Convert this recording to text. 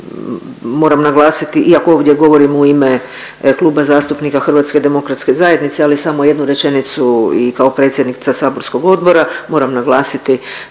moram naglasiti, iako ovdje govorim u ime Kluba zastupnika HDZ-a, ali samo jednu rečenicu i kao predsjednica saborskog odbora, moram naglasiti